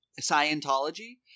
Scientology